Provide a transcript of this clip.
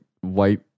white